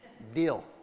deal